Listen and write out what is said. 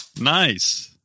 Nice